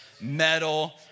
metal